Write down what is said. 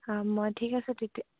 অঁ মই ঠিক আছে তেতিয়া